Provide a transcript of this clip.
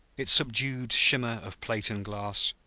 its subdued shimmer of plate and glass,